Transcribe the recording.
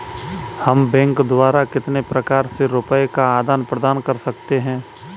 हम बैंक द्वारा कितने प्रकार से रुपये का आदान प्रदान कर सकते हैं?